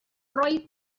roy